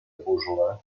puzle